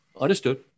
Understood